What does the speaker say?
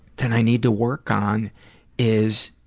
that i need to work on is,